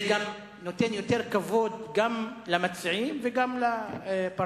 זה גם נותן יותר כבוד גם למציעים וגם לפרלמנט,